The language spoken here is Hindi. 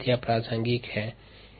या समस्या से क्या ज्ञात हैं